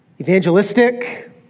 evangelistic